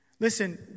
Listen